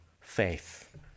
faith